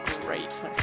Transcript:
great